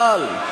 אבל,